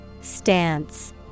Stance